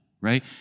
right